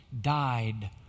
died